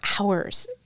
hours